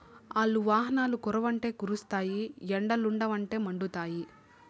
ఆల్లు వానలు కురవ్వంటే కురుస్తాయి ఎండలుండవంటే మండుతాయి